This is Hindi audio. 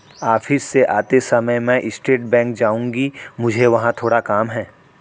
ऑफिस से आते समय मैं स्टेट बैंक जाऊँगी, मुझे वहाँ थोड़ा काम है